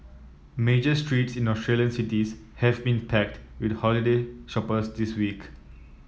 major streets in Australian cities have been packed with holiday shoppers this week